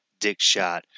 Dickshot